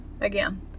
again